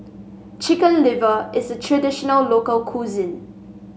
Chicken Liver is traditional local cuisine